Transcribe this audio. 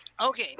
Okay